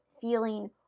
feeling